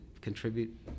contribute